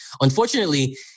Unfortunately